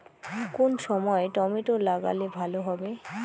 কোন সময় টমেটো লাগালে ভালো হবে?